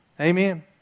Amen